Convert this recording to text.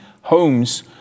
homes